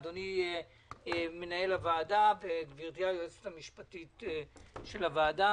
אדוני מנהל בוועדה וגברתי היועצת המשפטית של הוועדה: